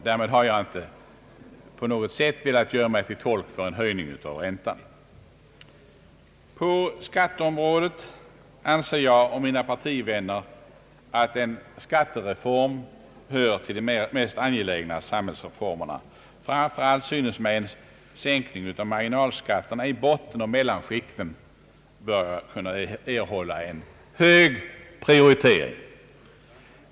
Därmed har jag dock på intet sätt velat göra mig till tolk för en höjning av räntan. På skatteområdet anser jag och mina partivänner att en skattereform hör till de mest angelägna samhällsreformerna. Framför allt synes mig en sänkning av marginalskatterna i bottenoch mellanskikten böra erhålla hög prioritering.